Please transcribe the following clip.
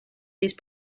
these